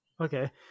Okay